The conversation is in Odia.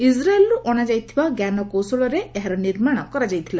ଇସ୍ରାଏଲ୍ରୁ ଅଣାଯାଇଥିବା ଜ୍ଞାନକୌଶଳରେ ଏହାର ନିର୍ମାଣ କରାଯାଇଥିଲା